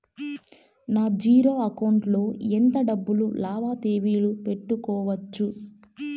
నా zero account లో ఎంత డబ్బులు లావాదేవీలు పెట్టుకోవచ్చు?